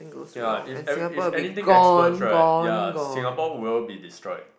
ya if every if anything explodes right ya Singapore will be destroyed